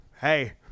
Hey